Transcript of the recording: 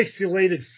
pixelated